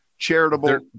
charitable